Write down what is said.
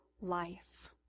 life